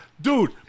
Dude